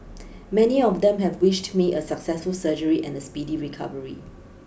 many of them have wished me a successful surgery and a speedy recovery